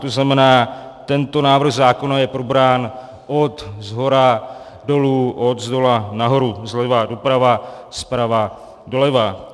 To znamená, tento návrh zákona je probrán odshora dolů, odzdola nahoru, zleva doprava, zprava doleva.